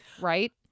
Right